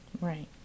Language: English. Right